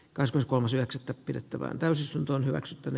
kasvun kolmosiaksesta pidettävään täysistuntoon hyväksyttävä